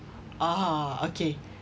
ah okay